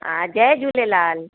हा जय झूलेलाल